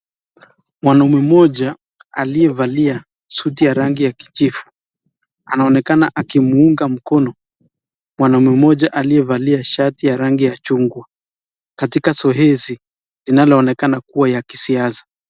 Mwanaume mmoja aliyevalia suti ya rangi ya kijivu, anaonekana akimuunga mkono mwanaume mmoja aliyevalia shati ya rangi ya chungwa katika zoezi linaloonekana kuwa ya kisiasa.